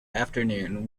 afternoon